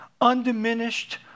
undiminished